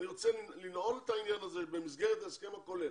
אני רוצה לנעול את העניין הזה במסגרת ההסכם הכולל,